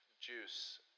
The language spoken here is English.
juice